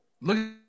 look